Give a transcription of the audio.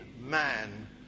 man